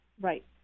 Right